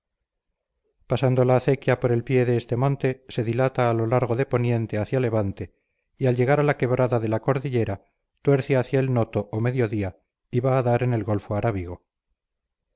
pasando la acequia por el pie de este monte se dilata a lo largo de poniente hacia levante y al llegar a la quebrada de la cordillera tuerce hacia el noto o mediodía y va a dar en el golfo arábigo